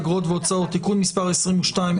אגרות והוצאות (תיקון מס' 22),